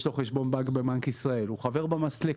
יש לו חשבון בנק בבנק ישראל והוא חבר במסלקות,